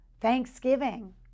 Thanksgiving